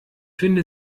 finde